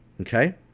Okay